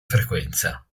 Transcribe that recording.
frequenza